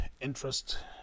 interest